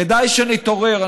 כדאי שנתעורר.